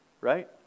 right